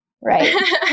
Right